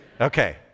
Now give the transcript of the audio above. Okay